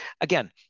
again